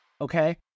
Okay